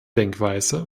denkweise